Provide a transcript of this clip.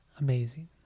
amazing